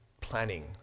planning